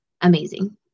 amazing